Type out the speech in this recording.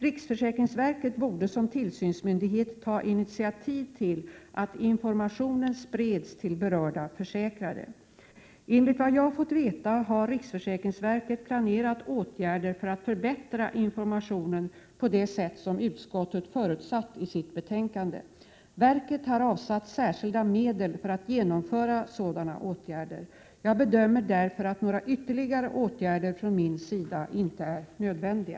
Riksförsäkringsverket borde som tillsynsmyndighet ta initiativ till att informationen spreds till berörda försäkrade. Enligt vad jag fått veta har riksförsäkringsverket planerat åtgärder för att förbättra informationen på det sätt som utskottet förutsatt i sitt betänkande. Verket har avsatt särskilda medel för att genomföra sådana åtgärder. Jag bedömer därför att några ytterligare åtgärder från min sida inte är nödvändiga.